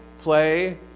play